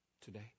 today